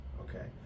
okay